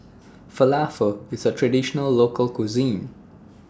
Falafel IS A Traditional Local Cuisine